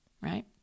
right